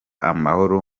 amahoro